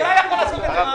אתה יכול לעשות את זה,